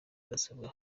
arasabwa